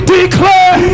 declare